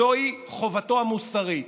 זוהי חובתו המוסרית.